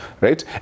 right